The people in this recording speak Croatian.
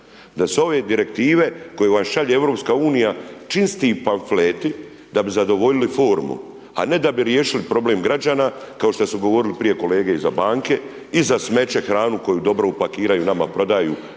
Da su ove direktive koje vam šalje EU čisti pamfleti da bi zadovoljili formu, a ne da bi riješili problem građana, kao što su govorili prije kolege i za banke i za smeće, hranu koju dobro upakiraju, nama prodaju